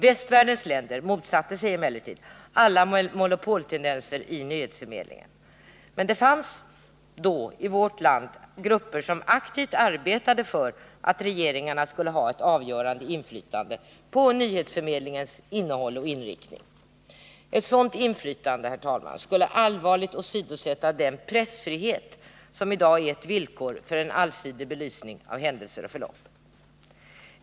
Västvärldens länder motsatte sig alla monopoltendenser i nyhetsförmedlingen. Redan då fanns i vårt land grupper som aktivt arbetade för att ländernas regeringar skulle ha ett avgörande inflytande på nyhetsförmedlingens innehåll och inriktning. Ett sådant inflytande skulle emellertid, herr talman, allvarligt åsidosätta den pressfrihet som i dag är ett villkor för en allsidig belysning av händelser och förlopp.